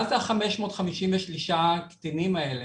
מה זה 553 קטינים האלה?